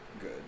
good